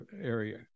area